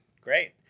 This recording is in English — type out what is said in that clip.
Great